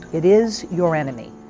it is your enemy.